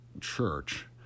church